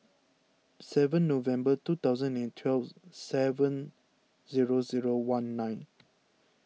seven November two thousand and twelve seven zero zero one nine